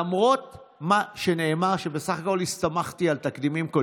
למרות מה שנאמר, שבסך הכול הסתמכתי על תקדימים,